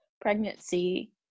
pregnancy